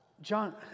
John